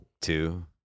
two